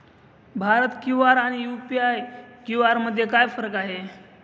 Bharat QR आणि UPI QR मध्ये काय फरक आहे?